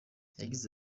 yagize